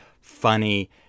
funny